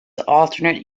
alternate